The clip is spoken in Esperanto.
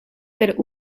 per